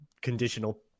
conditional